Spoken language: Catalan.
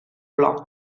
blog